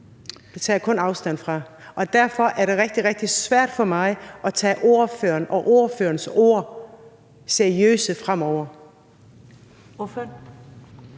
kun tage afstand fra, og derfor er det rigtig, rigtig svært for mig at tage ordføreren og ordførerens ord seriøst fremover.